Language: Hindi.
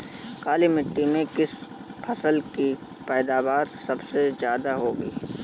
काली मिट्टी में किस फसल की पैदावार सबसे ज्यादा होगी?